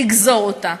לגזור אותה,